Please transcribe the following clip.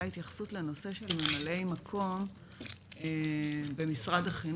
התייחסות לנושא של ממלאי מקום במשרד החינוך,